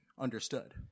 understood